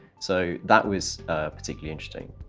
so that was particularly interesting.